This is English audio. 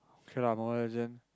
okay lah Mobile-Legends